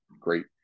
great